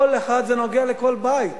כל אחד, זה נוגע לכל בית.